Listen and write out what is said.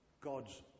God's